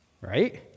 right